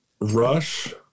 Rush